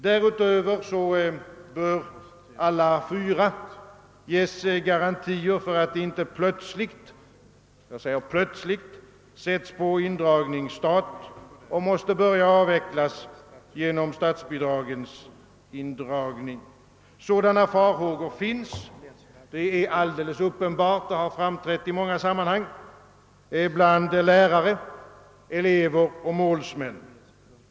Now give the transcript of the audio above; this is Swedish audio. Därutöver bör alla dessa fyra skolor ges garantier för att inte plötsligt — jag upprepar plötsligt — sättas på indragningsstat och tvingas börja avvecklas på grund av att statsbidraget bortfaller. Det är uppenbart att sådana farhågor finns och har kommit till uttryck i många sammanhang bland lärare, elever och målsmän.